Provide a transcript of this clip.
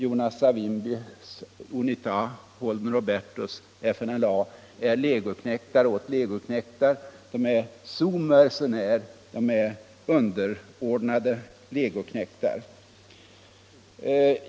Jonas Savimbis UNITA och Holden Robertos FNLA är i sin tur legoknektar åt legoknektar; de är sousmercenaires — underordnade legoknektar.